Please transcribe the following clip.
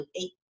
eight